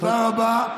תודה רבה,